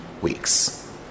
weeks